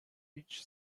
which